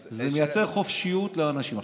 אז, זה מייצר חופשיות לאנשים.